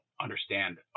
understand